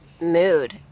mood